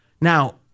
Now